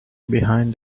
behind